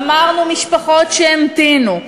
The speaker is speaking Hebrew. אמרנו משפחות שהמתינו,